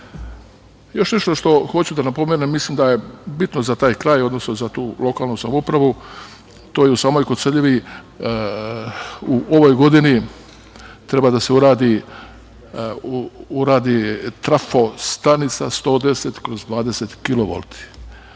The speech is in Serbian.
nešto što hoću da napomenem, mislim da je bitno za taj kraj, odnosno za tu lokalnu samoupravu, to je u samoj Koceljevi u ovoj godini treba da se uradi trafostanica 110/20